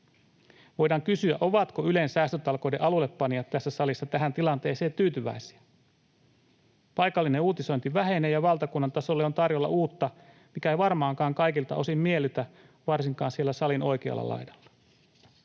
Voidaan kysyä, ovatko Ylen säästötalkoiden alullepanijat tässä salissa tähän tilanteeseen tyytyväisiä. Paikallinen uutisointi vähenee ja valtakunnan tasolle on tarjolla uutta, mikä ei varmaankaan kaikilta osin miellytä, varsinkaan siellä salin oikealla laidalla.